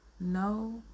no